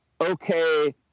Okay